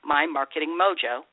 MyMarketingMojo